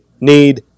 need